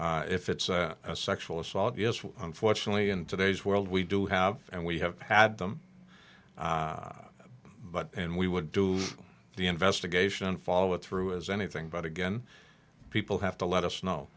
if it's a sexual assault yes unfortunately in today's world we do have and we have had them and we would do the investigation and follow it through as anything but again people have to let us know